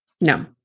no